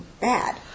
bad